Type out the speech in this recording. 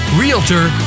realtor